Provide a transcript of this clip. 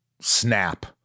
snap